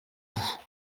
vous